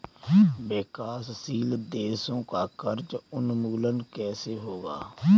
विकासशील देशों का कर्ज उन्मूलन कैसे होगा?